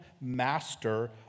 master